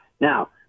Now